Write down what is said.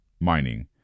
mining